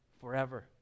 forever